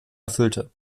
erfüllte